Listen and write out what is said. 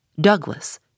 Douglas